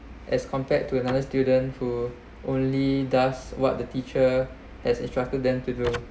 as compared to another student who only does what the teacher has instructed them to do